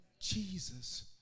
Jesus